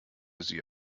sie